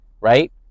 right